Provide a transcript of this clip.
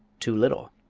too little?